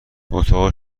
اتاق